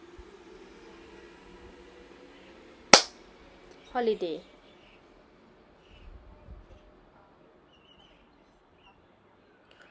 holiday